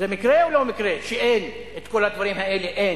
זה מקרה או לא מקרה שאת כל הדברים האלה אין?